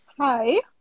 Hi